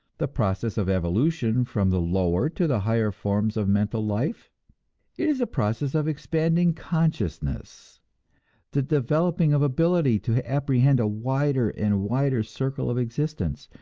the process of evolution from the lower to the higher forms of mental life? it is a process of expanding consciousness the developing of ability to apprehend a wider and wider circle of existence,